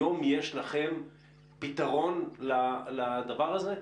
היום יש לכם פתרון לדבר הזה?